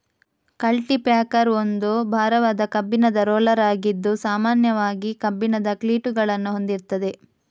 culti packer ಒಂದು ಭಾರವಾದ ಕಬ್ಬಿಣದ ರೋಲರ್ ಆಗಿದ್ದು ಸಾಮಾನ್ಯವಾಗಿ ಕಬ್ಬಿಣದ ಕ್ಲೀಟುಗಳನ್ನ ಹೊಂದಿರ್ತದೆ